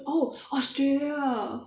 oh australia